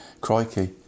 crikey